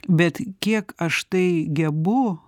bet kiek aš tai gebu